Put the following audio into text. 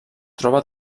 troba